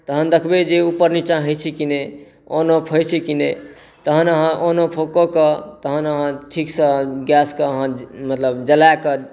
तहन देखबै जे ऊपर नीचाँ होइत छै कि नहि ऑन ऑफ होइत छै कि नहि तहन अहाँ ऑन ऑफ कऽ के तहन अहाँ ठीकसँ गैसके अहाँ मतलब जलाए कऽ